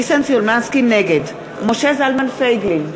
נגד משה זלמן פייגלין,